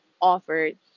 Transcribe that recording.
offered